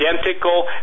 identical